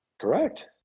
Correct